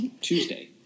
Tuesday